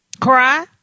Cry